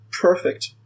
perfect